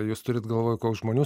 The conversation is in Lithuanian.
jūs turit galvoj koks žmonių